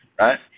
right